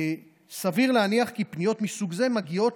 סביר להניח כי פגיעות מסוג זה מגיעות